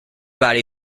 body